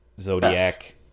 Zodiac